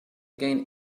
gain